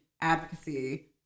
advocacy